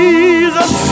Jesus